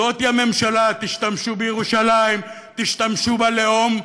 זאת הממשלה: תשתמשו בירושלים, תשתמשו בלאום,